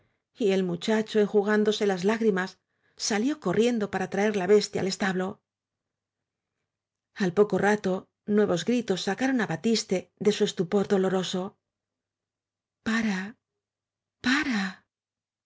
y el muchacho enjugándose las lágrimas salió corriendo para traer la bes tia al establo al poco rato nuevos gritos sacaron á ba tiste de su estupor doloroso pare pare